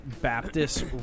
Baptist